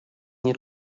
nie